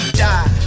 die